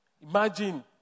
Imagine